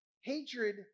Hatred